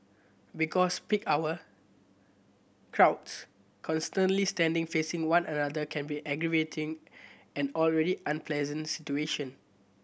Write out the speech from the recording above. because peak hour crowds constantly standing facing one another can be aggravating an already unpleasant situation